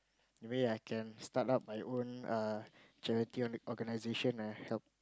maybe I can start up my own err charity organization ah help